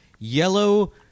yellow